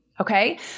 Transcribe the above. Okay